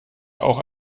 auch